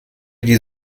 die